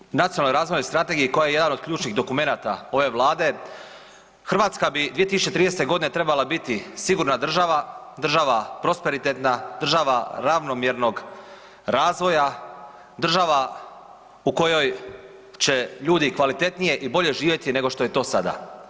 Po toj Nacionalnoj razvojnoj strategiji koja je jedan od ključnih dokumenata ove Vlade Hrvatska bi 2030. godine trebala biti sigurna država, država prosperitetna, država ravnomjernog razvoja, država u kojoj će ljudi kvalitetnije i bolje živjeti nego što je to sada.